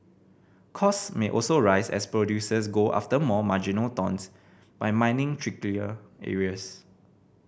costs may also rise as producers go after more marginal tons by mining trickier areas